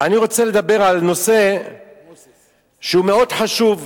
אני רוצה לדבר על נושא שהוא מאוד חשוב,